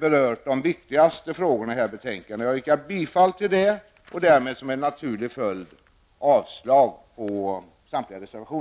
berört de viktigaste frågorna i det här betänkandet. Jag yrkar bifall till utskottets hemställan i betänkandet och därmed, som en naturlig följd, avslag på samtliga reservationer.